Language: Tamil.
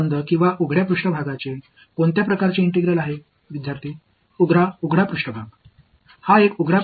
எனவே இது ஒரு மூடிய மேற்பரப்பா அல்லது திறந்த மேற்பரப்பா என்ன வகையான ஒருங்கிணைப்பு என்பதை நினைவில் கொள்க